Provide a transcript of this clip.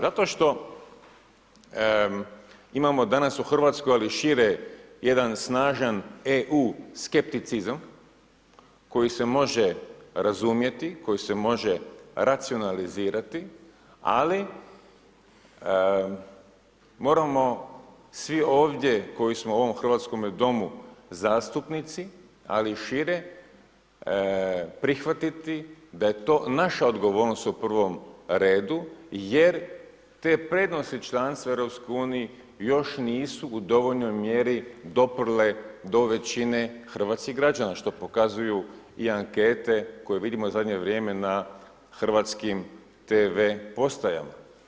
Zato što imamo danas u RH, ali i šire jedan snažan EU skepticizam koji se može razumjeti, koji se može racionalizirati, ali moramo svi ovdje koji smo u ovom hrvatskome dome zastupnici, ali i šire prihvatiti da je to naša odgovornost u prvom redu jer te prednosti članstva u EU još nisu u dovoljnoj mjeri doprle do većine hrvatskih građana, što pokazuju u ankete koje vidimo u zadnje vrijeme na hrvatskim TV postajama.